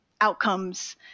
outcomes